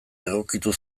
egokitu